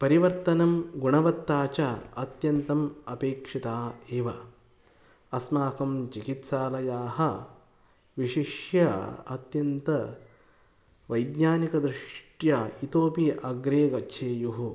परिवर्तनं गुणवत्ता च अत्यन्तम् अपेक्षिता एव अस्माकं चिकित्सालयाः विशिष्य अत्यन्तवैज्ञानिकदृष्ट्या इतोपि अग्रे गच्छेयुः